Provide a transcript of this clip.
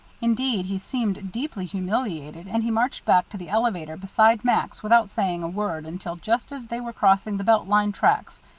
indeed, he seemed deeply humiliated, and he marched back to the elevator beside max without saying a word until just as they were crossing the belt line tracks,